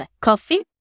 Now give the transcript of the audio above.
coffee